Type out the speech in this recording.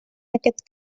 aquest